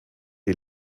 die